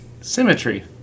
symmetry